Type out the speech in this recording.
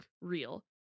real